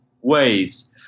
ways